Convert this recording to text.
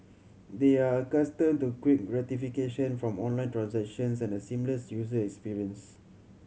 they are accustomed to quick gratification from online transactions and a seamless user experience